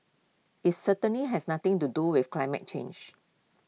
IT certainly has nothing to do with climate change